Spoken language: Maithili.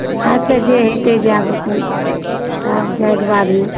हँ तऽ जे हेतै से जाएब अपन से तऽ आब जाएके बादमे